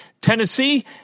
Tennessee